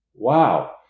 Wow